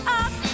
up